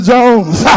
Jones